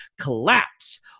collapse